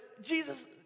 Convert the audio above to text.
Jesus